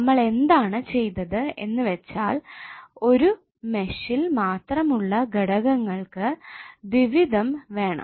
നമ്മൾ എന്താണ് ചെയ്തത് എന്ന് വെച്ചാൽ ഒരു മെഷിൽ മാത്രം ഉള്ള ഘടകങ്ങൾക്ക് ദ്വിവിധം വേണം